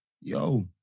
Yo